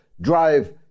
drive